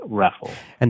raffle